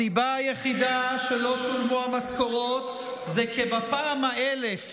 הסיבה היחידה שלא שולמו המשכורות זה כי בפעם האלף